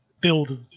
build